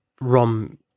ROM